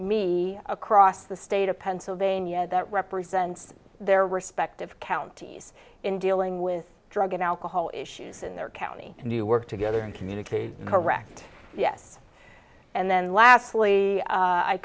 me across the state of pennsylvania that represents their respective counties in dealing with drug and alcohol issues in their county new work together and communicate correct yes and then